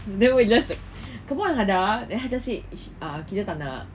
then we're just like come on hada then she just said kita tak nak